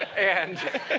and